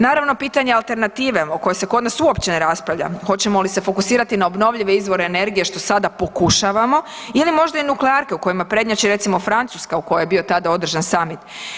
Naravno, pitanje alternative o kojoj se kod nas uopće ne raspravlja, hoćemo li se fokusirati na obnovljive izvore energije, što sada pokušavamo ili možda i nuklearke, u kojima prednjači, recimo Francuska u kojoj je bio tada održan summit?